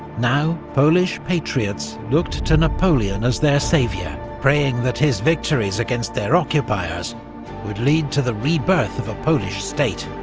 now polish patriots looked to napoleon as their saviour praying that his victories against their occupiers would lead to the rebirth of a polish state.